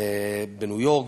בניו-יורק,